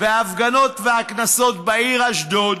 וההפגנות והקנסות בעיר אשדוד,